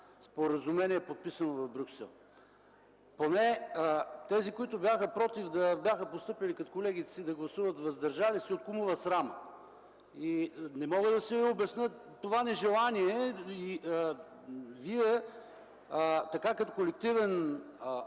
споразумение, подписано в Брюксел. Поне тези, които бяха против, да бяха постъпили като колегите си и да гласуват „въздържали се” от кумува срама. Не мога да си обясня това нежелание и Вие, като колектив